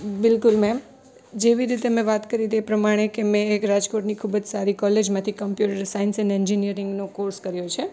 બિલકુલ મેમ જેવી રીતે મેં વાત કરી તે પ્રમાણે કે મેં એક રાજકોટની ખૂબ જ સારી કૉલેજમાંથી કોમ્પ્યુટર સાયન્સ એન્ડ એન્જિનીયરિંગનો કોર્સ કર્યો છે